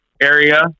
area